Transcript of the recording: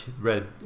read